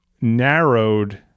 narrowed